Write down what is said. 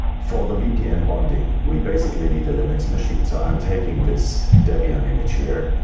for the vpn bonding we basically need a linux machine, so i am taking this debian image here.